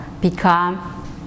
become